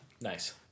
Nice